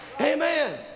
Amen